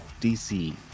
DC